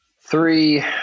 three